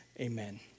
Amen